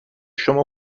شما